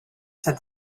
said